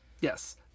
Yes